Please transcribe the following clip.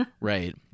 Right